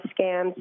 scams